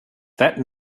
that